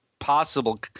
possible